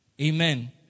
Amen